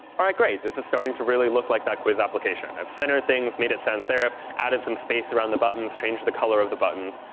all right, great. this is starting to really look like that quiz application. i've centered things, made it sans serif, added some space around the buttons, changed the color of the buttons.